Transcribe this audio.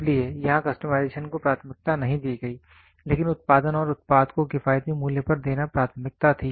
इसलिए यहां कस्टमाइजेशन को प्राथमिकता नहीं दी गई लेकिन उत्पादन और उत्पाद को किफायती मूल्य पर देना प्राथमिकता थी